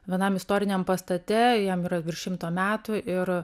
vienam istoriniam pastate jam yra virš šimto metų ir